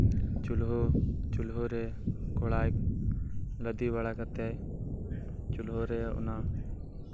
ᱪᱩᱞᱦᱟᱹ ᱪᱩᱞᱦᱟᱹ ᱨᱮ ᱠᱚᱲᱟᱭ ᱞᱟᱫᱮ ᱵᱟᱲᱟ ᱠᱟᱛᱮᱫ ᱪᱩᱞᱦᱟᱹ ᱨᱮ ᱚᱱᱟ